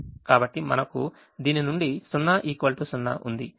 కాబట్టి మనకు దీని నుండి 0 0 ఉంది